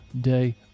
day